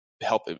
help